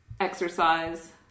exercise